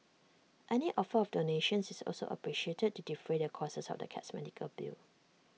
any offer of donations is also appreciated to defray the costs of the cat's medical bill